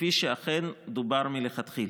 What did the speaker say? כפי שאכן דובר מלכתחילה.